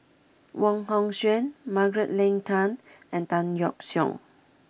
Wong Hong Suen Margaret Leng Tan and Tan Yeok Seong